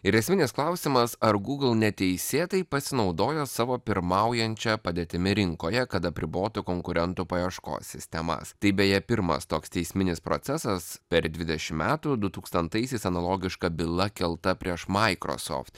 ir esminis klausimas ar google neteisėtai pasinaudojo savo pirmaujančia padėtimi rinkoje kad apribotų konkurentų paieškos sistemas tai beje pirmas toks teisminis procesas per dvidešim metų dutūkstantaisiais analogiška byla kelta prieš microsoft